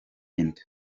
inda